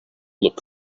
luck